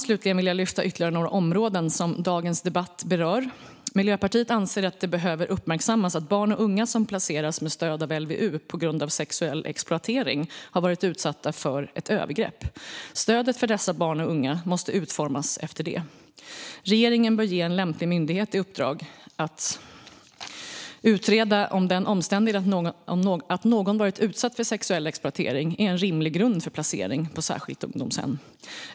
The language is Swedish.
Slutligen vill jag lyfta ytterligare några områden som dagens debatt berör. Miljöpartiet anser att det behöver uppmärksammas att barn och unga som placeras med stöd av LVU på grund av sexuell exploatering har varit utsatta för ett övergrepp. Stödet för dessa barn och unga måste utformas efter det. Regeringen bör ge en lämplig myndighet i uppdrag att utreda om den omständigheten att någon varit utsatt för sexuell exploatering är en rimlig grund för placering på särskilt ungdomshem.